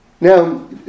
Now